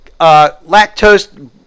lactose